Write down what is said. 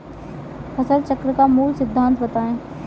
फसल चक्र का मूल सिद्धांत बताएँ?